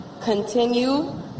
continue